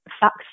facts